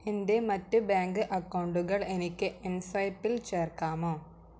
എൻ്റെ മറ്റ് ബാങ്ക് അക്കൗണ്ടുകൾ എനിക്ക് എം സ്വൈപ്പിൽ ചേർക്കാമോ